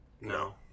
No